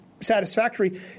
satisfactory